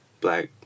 black